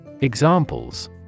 Examples